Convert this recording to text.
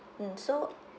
mmhmm so